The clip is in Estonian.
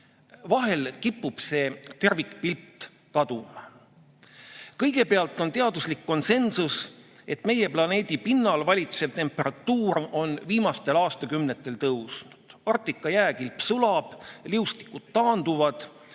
Vahel kipub see tervikpilt kaduma. Kõigepealt on teaduslik konsensus, et meie planeedi pinnal valitsev temperatuur on viimastel aastakümnetel tõusnud. Arktika jääkilp sulab, liustikud taanduvad